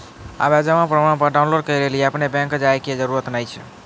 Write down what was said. आबे जमा प्रमाणपत्र डाउनलोड करै लेली अपनो बैंक जाय के जरुरत नाय छै